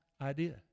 idea